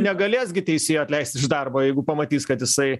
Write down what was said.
negalės gi teisėjo atleisti iš darbo jeigu pamatys kad jisai